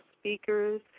speakers